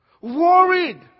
worried